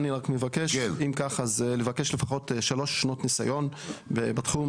אם כך, אז לבקש לפחות שלוש שנות ניסיון בתחום.